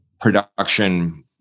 production